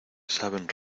saben